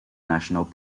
national